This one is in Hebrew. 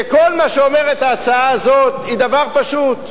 שכל מה שהיא אומרת הוא דבר פשוט: